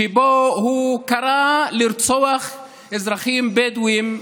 שבו הוא קרא לרצוח אזרחים בדואים,